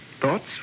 thoughts